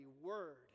word